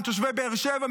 מתושבי באר שבע?